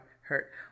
hurt